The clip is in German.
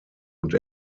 und